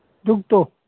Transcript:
ꯙꯨꯞꯇꯣ